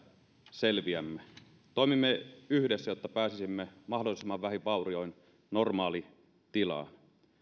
selviämme toimimme yhdessä jotta pääsisimme mahdollisimman vähin vaurioin normaalitilaan